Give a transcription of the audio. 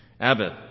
Abbott